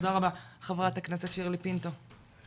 חברת הכנסת שירלי פינטו.